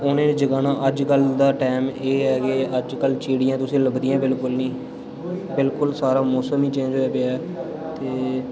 उ'नें जगाना अज्ज कल दा टैम एह् ऐ की अज्ज कल चींटियां तुसें ई लभदियां बिल्कुल निं बिल्कुल सारा मौसम ई चेंज होया पेआ ऐ